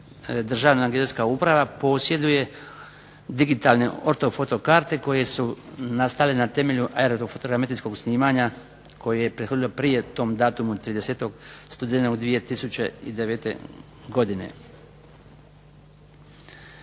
Državna geodetska uprava posjeduje digitalne ortofoto karte koje su nastale na temelju ... snimanja koje je prethodilo prije tom datumu 30. studenog 2009. godine.